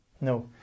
No